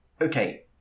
Okay